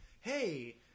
hey –